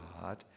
heart